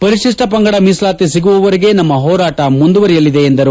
ಪರಿತಿಷ್ಟ ಪಂಗಡ ಮೀಸಲಾತಿ ಸಿಗುವ ವರೆಗೆ ನಮ್ಮ ಹೋರಾಟ ಮುಂದುವರೆಯಲಿದೆ ಎಂದರು